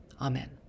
Amen